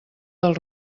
del